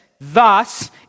thus